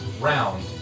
round